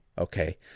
Okay